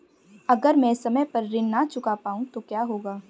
अगर म ैं समय पर ऋण न चुका पाउँ तो क्या होगा?